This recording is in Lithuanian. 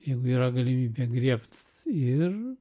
jeigu yra galimybė griebt ir